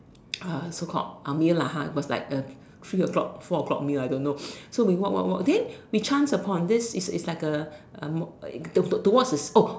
uh so called our meal lah ha it was like the three o-clock four o-clock meal I don't know so we walk walk walk then we chanced upon this is like a a a towards this is oh